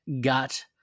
got